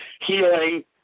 healing